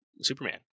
Superman